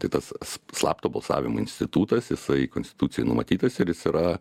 tai tas s slapto balsavimo institutas jisai konstitucijoj numatytas ir jis yra